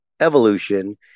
evolution